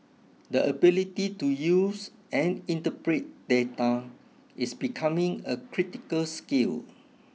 the ability to use and interpret data is becoming a critical skill